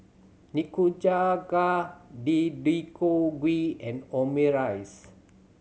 Nikujaga Deodeok Gui and Omurice